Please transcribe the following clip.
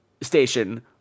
station